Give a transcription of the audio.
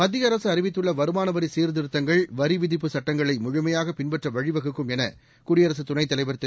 மத்திய அரசு அறிவித்துள்ள வருமான வரி சீர்திருத்தங்கள் வரி விதிப்பு சுட்டங்களை முழுமையாக பின்பற்ற வழிவகுக்கும் என குடியரசு துணைத் தலைவர் திரு